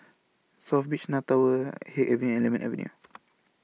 South Beach North Tower Haig Avenue and Lemon Avenue